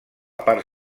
part